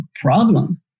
problem